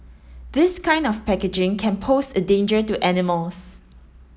this kind of packaging can pose a danger to animals